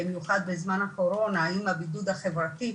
במיוחד בזמן הקורונה ועם הבידוד החברתי,